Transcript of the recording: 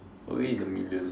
probably in the millions